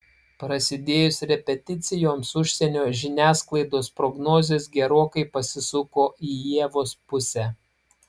prasidėjus repeticijoms užsienio žiniasklaidos prognozės gerokai pasisuko į ievos pusę